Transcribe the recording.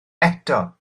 eto